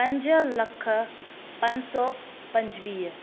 पंज लख पंज सौ पंजवीह